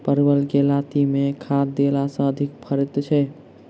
परवल केँ लाती मे केँ खाद्य देला सँ अधिक फरैत छै?